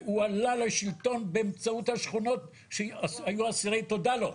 והוא עלה לשלטון באמצעות השכונות שהיו אסירי תודה לו.